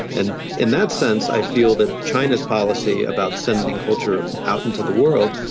and in that sense i feel that china's policy about sending culture out into the world,